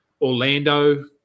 Orlando